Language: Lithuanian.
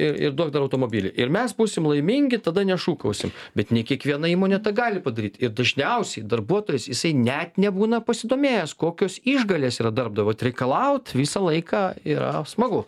ir ir duok dar automobilį ir mes būsim laimingi ir tada nešūkausim bet ne kiekviena įmonė tą gali padaryt ir dažniausiai darbuotojas jisai net nebūna pasidomėjęs kokios išgalės yra darbdavio vat reikalaut visą laiką yra smagu